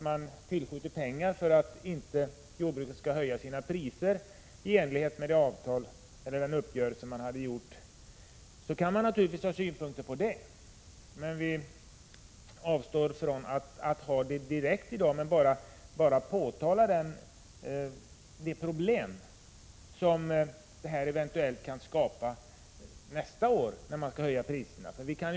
Man kan naturligtvis ha synpunkter på att regeringen enligt den uppgörelse som träffats tillskjuter pengar för att jordbrukspriserna inte skall höjas. Vi avstår från att anlägga några synpunkter i dag utan bara påtalar de problem som detta eventuellt kan skapa nästa år när priserna skall höjas.